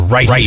Right